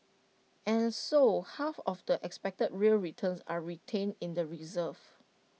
and so half of the expected real returns are retained in the reserves